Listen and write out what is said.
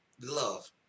love